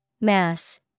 mass